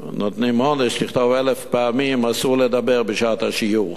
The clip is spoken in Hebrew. נותנים עונש לכתוב 1,000 פעמים "אסור לדבר בשעת השיעור",